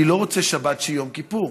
אני לא רוצה שבת שהיא יום כיפור,